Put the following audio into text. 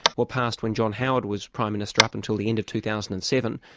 were passed when john howard was prime minister up until the end of two thousand and seven,